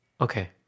Okay